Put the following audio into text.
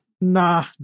Nah